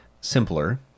simpler